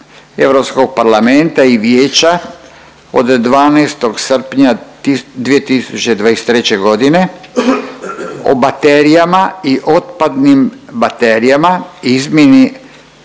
Europskog parlamenta i Vijeća od 12. srpnja 2023. o baterijama i otpadnim baterijama, izmjeni